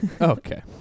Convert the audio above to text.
Okay